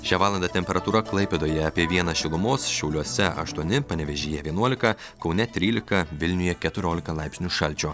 šią valandą temperatūra klaipėdoje apie vieną šilumos šiauliuose aštuoni panevėžyje vienuolika kaune trylika vilniuje keturiolika laipsnių šalčio